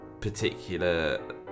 particular